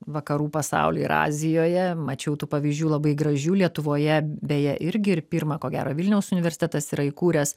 vakarų pasauly ir azijoje mačiau tų pavyzdžių labai gražių lietuvoje beje irgi ir pirmą ko gero vilniaus universitetas yra įkūręs